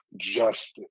justice